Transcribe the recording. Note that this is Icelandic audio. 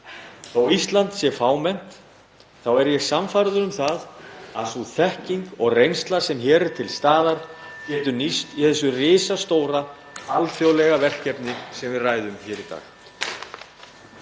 að Ísland sé fámennt þá er ég sannfærður um að (Forseti hringir.) sú þekking og reynsla sem hér er til staðar getur nýst í þessu risastóra, alþjóðlega verkefni sem við ræðum hér í dag.